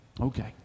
Okay